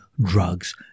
drugs